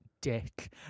Dick